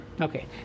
Okay